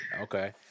Okay